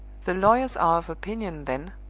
the lawyers are of opinion, then,